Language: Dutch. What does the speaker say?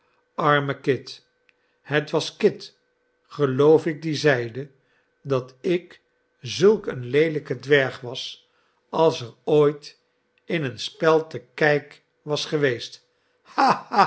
arme kit het was kit geloof ik die zeide dat ik zulk een leelijke dwerg was als er ooit in een spel te kijk was geweest